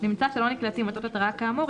נמצא שלא נקלטים אותות התרעה כאמור,